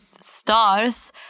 stars